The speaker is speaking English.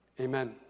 amen